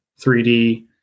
3D